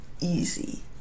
easy